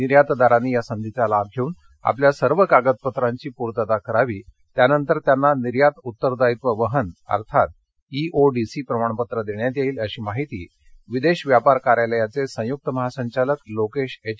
निर्यातदारांनी या संधीचा लाभ धेऊन आपल्या सर्व कागदपत्रांची पूर्तता करावी त्यानंतर त्यांना निर्यात उत्तरदायित्व वहन अर्थात ईओडीसी प्रमाणपत्र देण्यात येईल अशी माहिती विदेश व्यापार कार्यालयाचे संयुक्त महासंचालक लोकेश एच